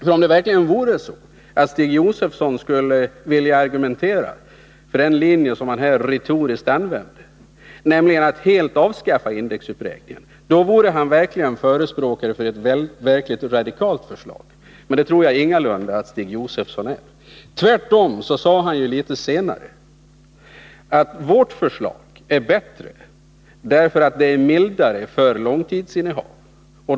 Vore det verkligen så, att Stig Josefson skulle vilja argumentera för den linje som han här retoriskt använde, nämligen att helt avskaffa indexuppräkningen, vore han verkligen förespråkare för ett radikalt förslag. Men det tror jag ingalunda att Stig Josefson är. Tvärtom sade han ju litet senare: Vårt förslag är bättre, därför att det är mildare för långtidsinnehaven.